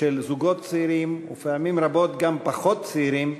זאב ז'בוטינסקי קבע